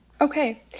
Okay